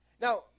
Now